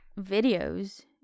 videos